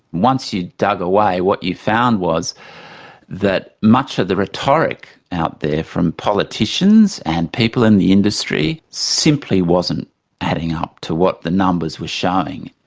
once you dug away, what you found was that much of the rhetoric out there from politicians and people in the industry simply wasn't adding up to what the numbers were showing.